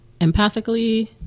empathically